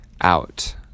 out